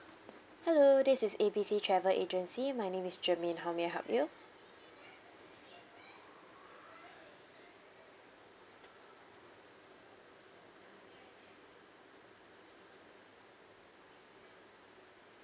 hello this is A B C travel agency my name is germaine how may I help you